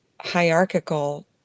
hierarchical